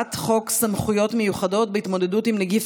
הצעת חוק סמכויות מיוחדות להתמודדות עם נגיף